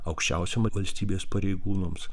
aukščiausiem valstybės pareigūnams